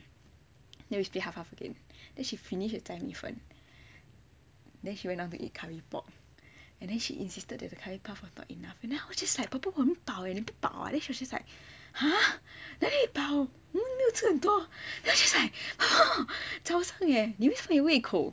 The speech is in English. then we split half half again then she finish the 仔米粉 then she went out to eat curry pok and then she insisted that the curry puff was not enough you know and I was just like popo 我很饱 leh 你不饱 ah then she's like !huh! 哪里饱我们没有吃很多 then she's like 早上 eh 你为什么没有胃口